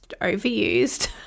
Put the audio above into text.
overused